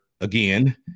again